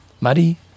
Muddy